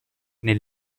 nel